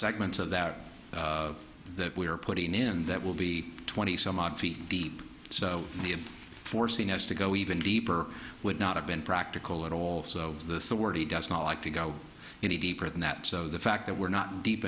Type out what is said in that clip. segments of that that we are putting in that will be twenty some odd feet deep so the forcing has to go even deeper would not have been practical it also the thirty does not like to go any deeper than that so the fact that we're not deep